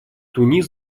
тунис